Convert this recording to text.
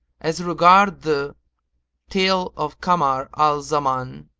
as regards the tale of kamar al zaman,